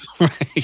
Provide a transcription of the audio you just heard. Right